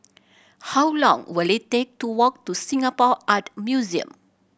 how long will it take to walk to Singapore Art Museum